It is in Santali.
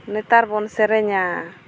ᱱᱮᱛᱟᱨ ᱵᱚᱱ ᱥᱮᱨᱮᱧᱟ